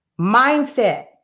Mindset